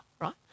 right